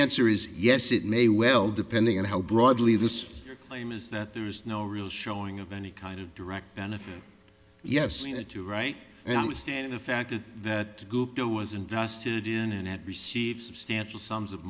answer is yes it may well depending on how broadly this claim is that there is no real showing of any kind of direct benefit yes that you're right and i stand the fact that that google was invested in and had received substantial sums of